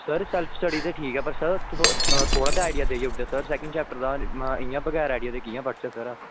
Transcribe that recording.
sir self studies दे ठीक ऐ सर पर तुस ते आईडिया देई दिंदे इंया सैकेंड चैप्टर दा बगैर आईडिया कियां पढ़चै सर